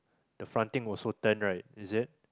the front thing also turn right is it